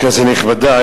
כנסת נכבדה,